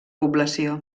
població